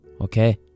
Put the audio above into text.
Okay